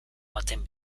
baten